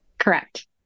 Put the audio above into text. correct